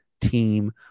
team